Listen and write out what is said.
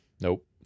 Nope